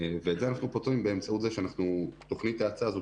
ואת זה אנחנו פותרים באמצעות כך שתכנית ההאצה הזאת